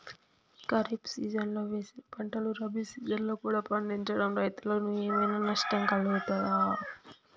ఖరీఫ్ సీజన్లో వేసిన పంటలు రబీ సీజన్లో కూడా పండించడం రైతులకు ఏమైనా నష్టం కలుగుతదా?